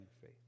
faith